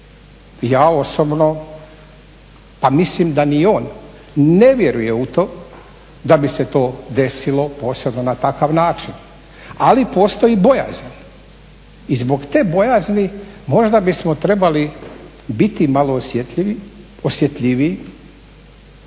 Ja osobno pa mislim da ni on ne vjeruje u to da bi se to desilo posebno na takav način . Ali postoji bojazan i zbog te bojazni možda bismo trebali biti malo osjetljivi,